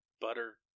butter